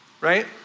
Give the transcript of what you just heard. right